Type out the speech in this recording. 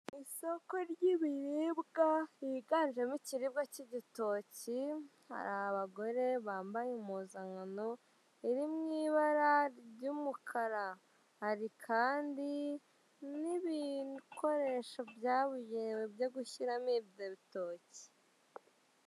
Isoko ry'ibiribwa higanjemo ikirebwa cy'igitoki hari abagore bambaye impuzankano iri mu ibara ry'umukara, hari kandi n'ibikoresho byabugenewe byo gushyiramo ibyo bitoki.